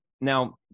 Now